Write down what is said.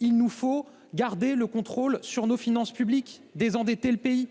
il nous faut garder le contrôle de nos finances publiques et désendetter le pays.